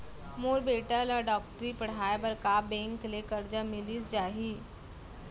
मोर बेटा ल डॉक्टरी पढ़ाये बर का बैंक ले करजा मिलिस जाही?